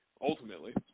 ultimately